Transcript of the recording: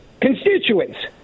constituents